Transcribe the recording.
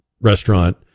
restaurant